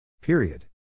Period